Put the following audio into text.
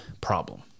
problem